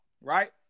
right